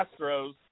Astros